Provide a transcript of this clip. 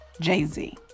Jay-Z